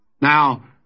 Now